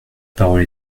parole